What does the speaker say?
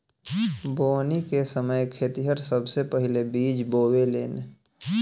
बोवनी के समय खेतिहर सबसे पहिले बिज बोवेलेन